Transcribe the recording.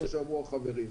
כמו שאמרו החברים.